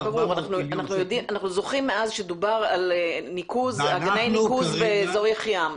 אנחנו זוכרים שזה דובר על אגני ניקוז באזור יחיעם.